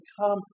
come